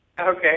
Okay